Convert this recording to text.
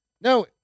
No